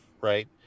right